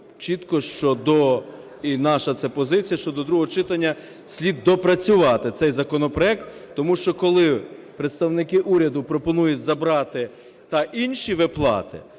чітко, і наша це позиція, що до другого читання слід допрацювати цей законопроект, тому що коли представники уряду пропонують забрати та інші виплати,